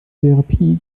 therapie